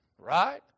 Right